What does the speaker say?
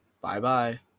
bye-bye